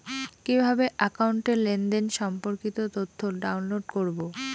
কিভাবে একাউন্টের লেনদেন সম্পর্কিত তথ্য ডাউনলোড করবো?